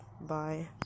bye